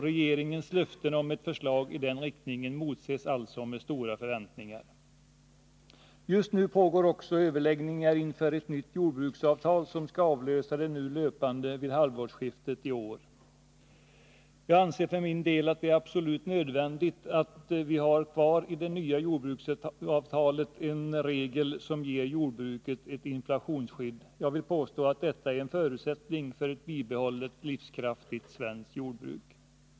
Regeringens löften om ett förslag i den riktningen motses alltså med stora förväntningar. Just nu pågår också överläggningar inför ett nytt jordbruksavtal, som skall avlösa det nu löpande vid halvårsskiftet i år. Jag anser för min del att det är absolut nödvändigt att vi i det nya avtalet har kvar en regel som ger jordbruket ett inflationsskydd. Jag vill påstå att detta är en förutsättning för ett bibehållet livskraftigt svenskt jordbruk.